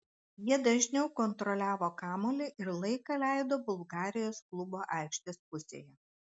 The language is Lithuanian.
jie dažniau kontroliavo kamuolį ir laiką leido bulgarijos klubo aikštės pusėje